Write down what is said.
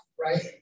right